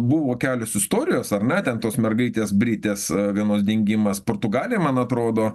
buvo kelios istorijos ar ne ten tos mergaitės britės a vienos dingimas portugalijoj man atrodo